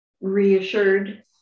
reassured